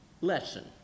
lesson